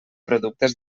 productes